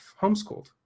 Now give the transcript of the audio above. homeschooled